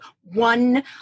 one